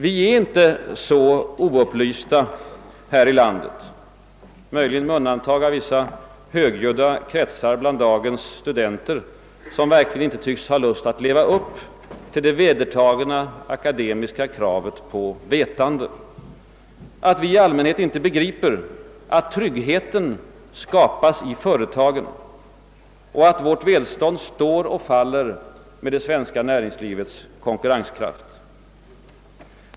Vi är inte så oupplysta här i landet — möjligen med undantag av vissa högljudda kretsar bland dagens studenter, som verkligen inte tycks ha lust att leva upp till det vedertagna akademiska kravet på vetande — att vi i allmänhet inte begriper, att tryggheten skapas av företagen och att vårt välstånd står och faller med det svenska näringslivets konkurrenskraft.